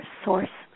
source